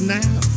now